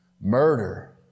murder